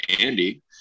Andy